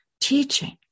Teaching